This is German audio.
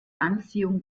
anziehung